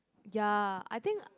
ya I think